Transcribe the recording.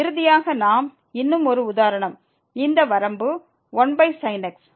இறுதியாக இன்னும் ஒரு உதாரணம் இந்த வரம்பு 1sin x